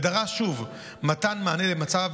ודרש שוב מתן מענה למצב